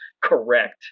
correct